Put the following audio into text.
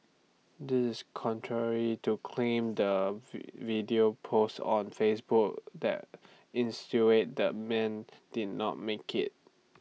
this is contrary to claim the video posted on Facebook that insinuated the man did not make IT